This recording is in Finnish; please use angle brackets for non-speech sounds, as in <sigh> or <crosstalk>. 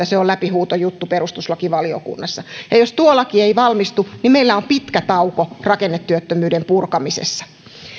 <unintelligible> se on läpihuutojuttu perustuslakivaliokunnassa ja jos tuo laki ei valmistu niin meillä on pitkä tauko rakennetyöttömyyden purkamisessa arvoisa